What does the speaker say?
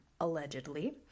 allegedly